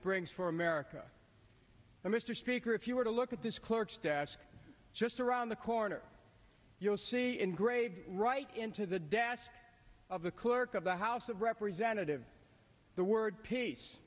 it brings for america mr speaker if you were to look at this clerk's desk just around the corner you'll see engraved right into the desk of the clerk of the house of representatives the word peace